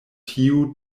tiu